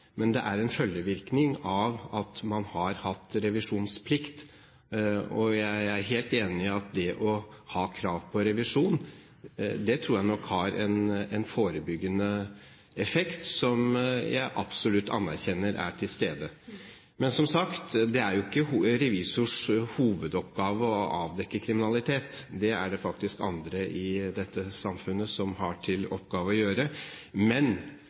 men det er en følgevirkning av at man har hatt revisjonsplikt. Jeg er helt enig i at det å ha krav på revisjon har en forebyggende effekt, som jeg absolutt anerkjenner er til stede. Men, som sagt, det er ikke revisors hovedoppgave å avdekke kriminalitet. Det er det faktisk andre i dette samfunnet som har til oppgave å gjøre. Men